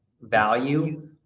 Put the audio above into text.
value